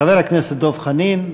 חבר הכנסת דב חנין,